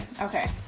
okay